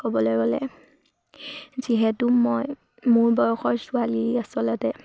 ক'বলৈ গ'লে যিহেতু মই মোৰ বয়সৰ ছোৱালী আচলতে